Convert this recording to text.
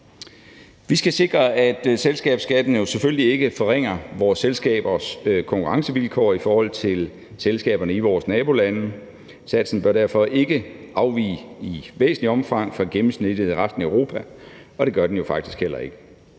Vi skal sikre, at selskabsskatten selvfølgelig ikke forringer vores selskabers konkurrencevilkår i forhold til selskaberne i vores nabolande. Satsen bør derfor ikke afvige i væsentligt omfang fra gennemsnittet i resten af Europa, og det gør den faktisk heller ikke.